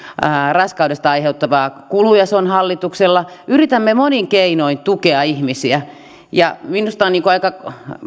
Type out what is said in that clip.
raskaudesta aiheutuvia kuluja se on hallituksella yritämme monin keinoin tukea ihmisiä minusta on aika